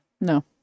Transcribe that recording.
No